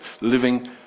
living